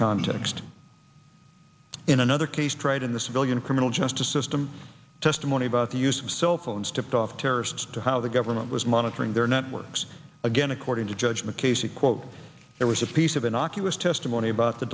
context in another case trade in the civilian criminal justice system testimony about the use of cellphones tipped off terrorists to how the government was monitoring their networks again according to judge mckay see quote there was a piece of innocuous testimony about the